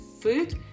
food